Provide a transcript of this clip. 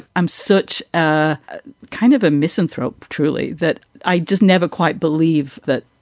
i'm such ah kind of a misanthrope truly that i just never quite believe that.